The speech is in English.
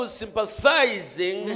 sympathizing